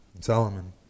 Solomon